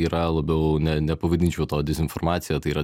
yra labiau ne nepavadinčiau to dezinformacija tai yra